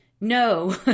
No